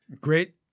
Great